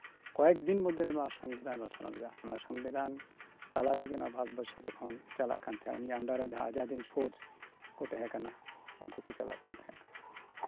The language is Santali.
ᱠᱚᱭᱮᱠ ᱫᱤᱱ ᱢᱚᱫᱽᱫᱷᱮᱨᱮ ᱱᱚᱶᱟ ᱥᱚᱝᱵᱤᱫᱷᱟᱱ ᱮ ᱨᱚᱪᱚᱱᱟ ᱞᱮᱫᱟ ᱥᱚᱝᱵᱤᱫᱷᱟᱱ ᱛᱟᱞᱟ ᱛᱜᱮ ᱱᱚᱶᱟ ᱵᱷᱟᱨᱚᱛ ᱵᱚᱨᱥᱚ ᱫᱚ ᱪᱟᱞᱟᱜ ᱠᱟᱱ ᱛᱟᱸᱦᱮᱫ ᱩᱱᱤᱭᱟᱜ ᱟᱱᱰᱟᱨᱨᱮ ᱡᱟᱦᱟᱸ ᱟᱡᱟᱫ ᱦᱤᱱᱫ ᱯᱷᱳᱡ ᱠᱚ ᱛᱟᱦᱮᱸ ᱠᱟᱱᱟ ᱩᱱᱠᱩ ᱠᱚ ᱪᱟᱞᱟᱜ ᱠᱟᱱ ᱛᱟᱦᱮᱸᱫᱼᱟ